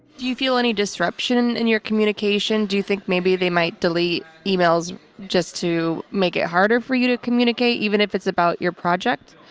feel any disruption in your communication? do you think maybe they might delete emails just to make it harder for you to communicate, even if it's about your project?